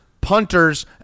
punters